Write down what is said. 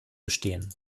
bestehen